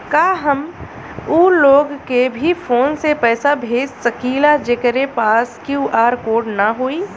का हम ऊ लोग के भी फोन से पैसा भेज सकीला जेकरे पास क्यू.आर कोड न होई?